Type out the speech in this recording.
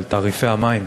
על תעריפי המים,